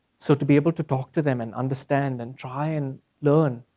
so to be able to talk to them and understand and try and learn,